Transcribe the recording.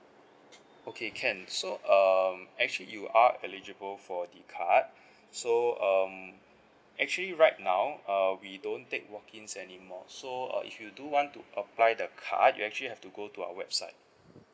okay can so um actually you are eligible for the card so um actually right now uh we don't take walk in anymore so uh if you do want to apply the card you actually have to go to our website